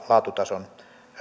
laatutason